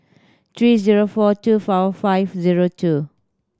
three zero four two four five zero two